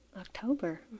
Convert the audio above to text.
October